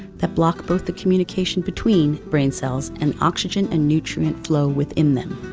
that block both the communication between brain cells and oxygen and nutrient flow within them.